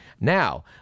now